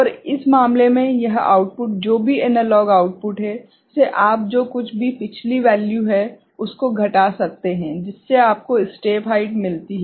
और इस मामले में यह आउटपुट जो भी एनालॉग आउटपुट है से आप जो कुछ भी पिछली वैल्यू है उसको घटा सकते हैं जिससे आपको स्टेप हाइट मिलती है